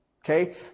okay